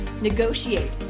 negotiate